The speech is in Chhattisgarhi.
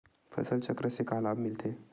फसल चक्र से का लाभ मिलथे?